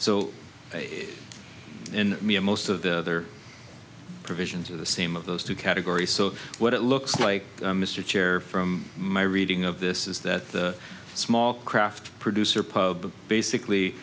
me and most of the other provisions are the same of those two categories so what it looks like mr chair from my reading of this is that the small craft producer pub basically